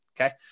okay